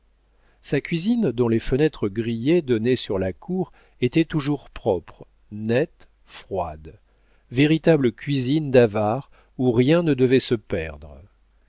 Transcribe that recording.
sa cuisine dont les fenêtres grillées donnaient sur la cour était toujours propre nette froide véritable cuisine d'avare où rien ne devait se perdre